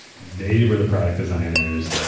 they were the product designers.